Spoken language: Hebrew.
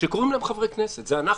שקוראים להם חברי כנסת, זה אנחנו.